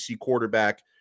quarterback